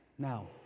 Now